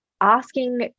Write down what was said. asking